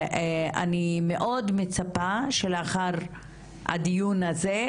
אני מאוד מצפה שלאחר הדיון הזה,